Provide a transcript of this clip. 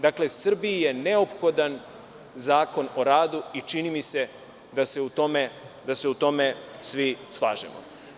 Dakle, Srbiji je neophodan Zakon o radu i čini mi se da se u tome svi slažemo.